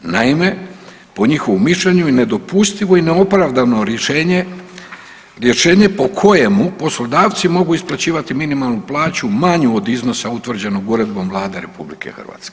Naime, po njihovom mišljenju nedopustivo i neopravdano rješenje po kojemu poslodavci mogu isplaćivati minimalnu plaću manju od iznosa utvrđenom uredbom Vlade RH.